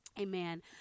Amen